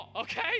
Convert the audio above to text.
okay